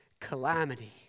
Calamity